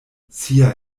sia